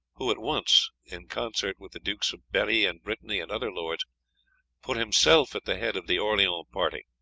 who at once in concert with the dukes of berri and brittany and other lords put himself at the head of the orleans party.